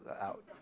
out